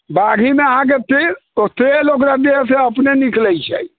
बाघीमे अहाँके तेल ओकरा देहसँ अपने निकलै छै